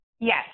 Yes